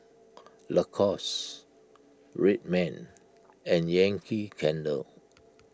Lacoste Red Man and Yankee Candle